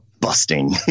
busting